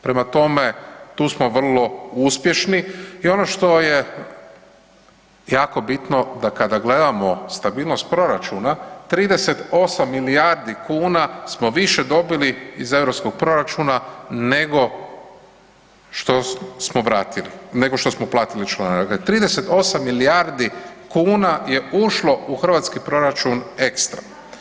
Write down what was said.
Prema tome, tu smo vrlo uspješni i ono što je jako bitno, da kada gledamo stabilnost proračuna, 38 milijardi kuna smo više dobili iz europskog proračuna nego što smo vratili, nego što smo platili članarine, 38 milijardi kuna je ušlo u hrvatski proračun ekstra.